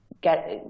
get